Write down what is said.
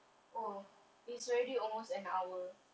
oh it's already almost an hour